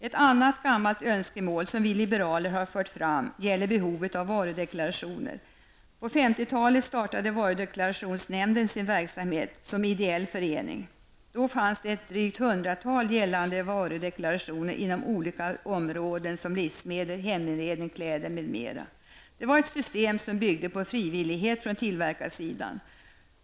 Ett annat gammalt önskemål som vi liberaler har fört fram gäller behovet av varudeklarationer. På 1950-talet startade Varudeklarationsnämnden sin verksamhet som ideell förening. Då fanns ett drygt hundratal gällande varudeklarationer inom olika områden som livsmedel, heminredning, kläder m.m. Det var ett system som byggde på frivillighet från tillverkarsidan.